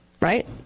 right